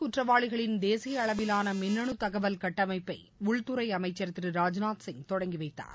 குற்றவாளிகளின் தேசிய அளவிலான மின்னணு பாலியல் தகவல் கட்டமைப்பை உள்துறை அமைச்சர் திரு ராஜ்நாத் சிங் தொடங்கி வைத்தார்